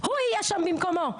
הוא יהיה שם במקומו,